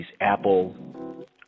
Apple –